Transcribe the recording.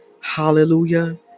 Hallelujah